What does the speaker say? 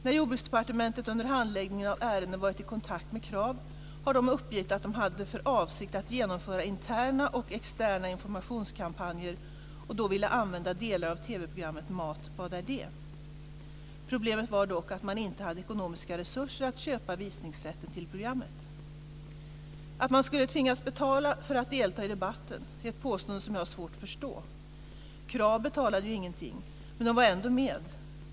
När Jordbruksdepartementet under handläggningen av ärendet varit i kontakt med Krav har man uppgett att man hade för avsikt att genomföra interna och externa informationskampanjer och då ville använda delar av TV-programmet Mat - vad är det? Problemet var dock att man inte hade ekonomiska resurser att köpa visningsrätten till programmet. Att man skulle tvingas betala för att delta i debatten är ett påstående som jag har svårt att förstå. Krav betalade ju ingenting, men var ändå med.